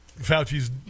Fauci's